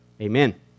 amen